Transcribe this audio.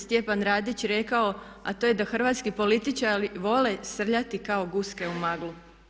Stjepan Radić rekao a to je da hrvatski političari volje srljati kao guske u maglu.